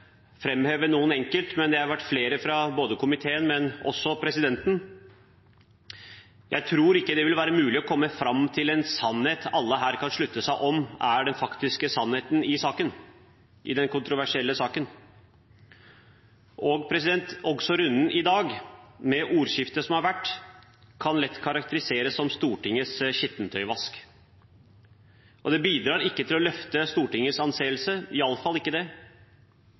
framheve noen enkelt, men det har vært flere fra komiteen, og også presidenten. Jeg tror ikke det vil være mulig å komme fram til en sannhet alle her kan slutte seg til er den faktiske sannheten i denne kontroversielle saken. Runden i dag, med det ordskiftet som har vært, kan lett karakteriseres som Stortingets skittentøyvask. Debatten i dag har iallfall ikke bidratt til å løfte Stortingets anseelse, og jeg tror ikke